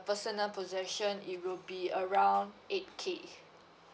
personal possession it will be around eight K